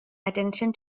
attention